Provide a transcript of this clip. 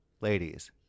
Ladies